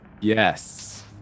Yes